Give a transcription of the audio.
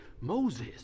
Moses